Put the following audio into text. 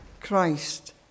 Christ